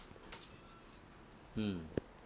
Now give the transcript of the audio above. mm